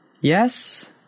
Yes